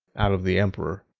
out of the emperor.